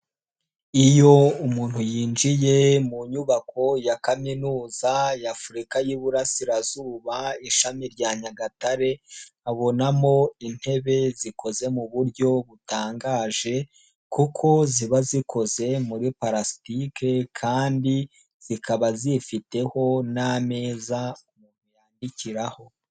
Iyo umuntu yinjiye mu nyubako ya kaminuza ya Afurika y'iburasirazuba ishami rya Nyagatare, abonamo intebe zikoze mu buryo butangaje, kuko ziba zikoze muri palasitike kandi zikaba zifiteho n'ameza umuntu yandikiraho.